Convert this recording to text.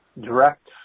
direct